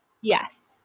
Yes